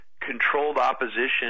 controlled-opposition